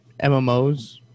MMOs